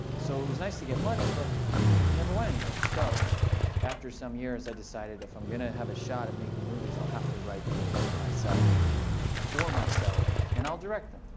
so it was nice to get money. but it never went anywhere. so after some years, i decided if i'm going to have a shot at making movies i'll have to write them myself for myself. and i'll direct them.